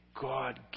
God